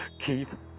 Keith